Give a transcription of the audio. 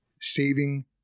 saving